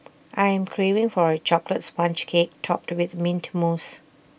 I am craving for A Chocolate Sponge Cake Topped with Mint Mousse